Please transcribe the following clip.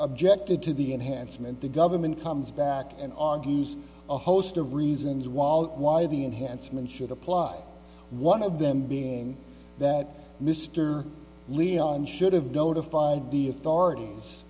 objected to the enhancement the government comes back and argues a host of reasons walt why the enhancement should apply one of them being that mr leon should have notified the authorities